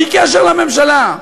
בלי קשר לממשלה,